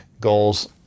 goals